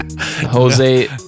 Jose